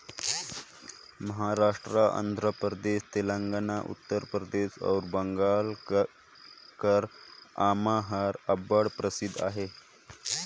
महारास्ट, आंध्र परदेस, तेलंगाना, उत्तर परदेस अउ बंगाल कर आमा हर अब्बड़ परसिद्ध अहे